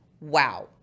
wow